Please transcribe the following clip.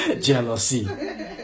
Jealousy